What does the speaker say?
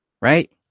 right